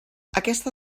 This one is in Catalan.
aquesta